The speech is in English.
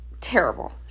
terrible